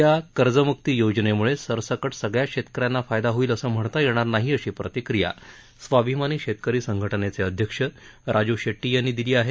या कर्जमुक्ती योजनेमुळे सरसकट सगळ्याच शेतकऱ्यांना फायदा होईल असं म्हणता येणार नाही अशी प्रतिक्रिया स्वाभिमानी शेतकरी संघटनेचे अध्यक्ष राजू शेट्टी यांनी दिली आहे